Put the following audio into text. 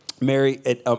Mary